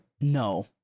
No